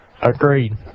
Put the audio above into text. agreed